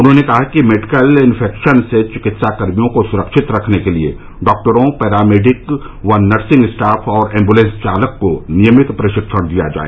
उन्होंने कहा कि मेडिकल इन्फेक्शन से चिकित्साकर्मियों को सुरक्षित रखने के लिए डॉक्टरों पैरामेडिक व नर्सिंग स्टाफ और एम्बुलेंस चालकों को नियमित प्रशिक्षण दिया जाए